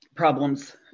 Problems